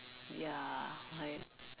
ya like